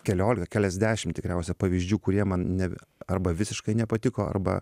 keliolika keliasdešimt tikriausia pavyzdžių kurie man ne arba visiškai nepatiko arba